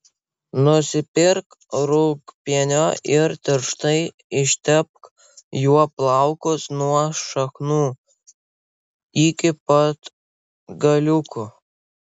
nusipirk rūgpienio ir tirštai ištepk juo plaukus nuo šaknų iki pat galiukų